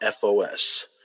fos